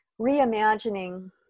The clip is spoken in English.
Reimagining